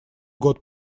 год